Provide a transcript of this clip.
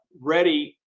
ready